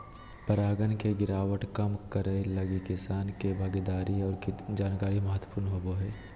परागण के गिरावट कम करैय लगी किसानों के भागीदारी और जानकारी महत्वपूर्ण होबो हइ